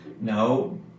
no